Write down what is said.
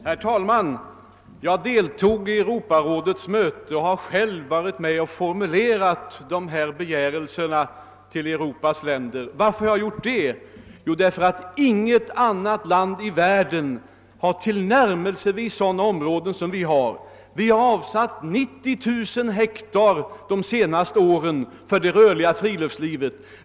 Herr talman! Jag deltog i Europarådets möte och har själv varit med om att formulera framställningen hos medlemsländerna. Varför har jag varit det? Jo, därför att inget annat land i världen har ens tillnärmelsevis så stora orörda områden som Sverige. Vi har under de senaste åren avsatt 90 000 hektar för det rörliga friluftslivet.